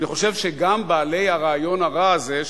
אני חושב שגם בעלי הרעיון הרע הזה,